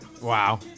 wow